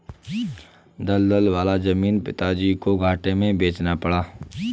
दलदल वाला जमीन पिताजी को घाटे में बेचना पड़ा